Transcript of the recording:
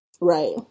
right